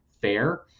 fair